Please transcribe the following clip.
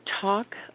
talk